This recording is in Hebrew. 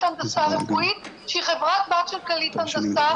הנדסה רפואית שהיא חברת בת של כללית הנדסה,